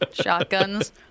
shotguns